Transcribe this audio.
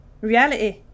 Reality